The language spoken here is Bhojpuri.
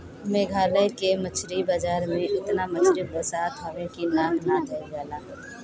मेघालय के मछरी बाजार में एतना मछरी बसात हवे की नाक ना धइल जाला